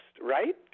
right